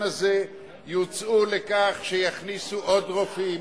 הזה יוצאו על כך שיכניסו עוד רופאים,